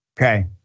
okay